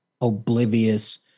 oblivious